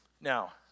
Now